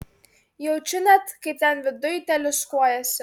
jaučiu net kaip ten viduj teliūskuojasi